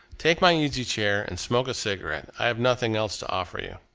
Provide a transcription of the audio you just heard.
take my easy-chair and smoke a cigarette i have nothing else to offer you.